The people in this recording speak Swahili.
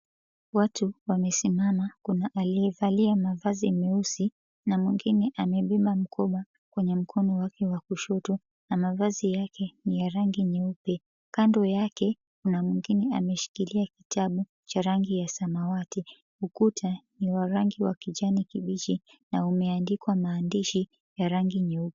Watu wamesimama. Kuna aliyevaa mavazi meusi na mwingine amebeba mkoba kwenye mkono wake wa kushoto na mavazi yake ni ya rangi nyeupe. Kando yake kuna mwingine ameshikilia kitabu cha rangi ya samawati. Ukuta ni wa rangi wa kijani kibichi na umeandikwa maandishi ya rangi nyeupe.